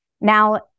Now